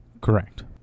Correct